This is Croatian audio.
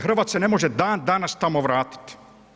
Hrvat se ne može dan danas tamo vratiti.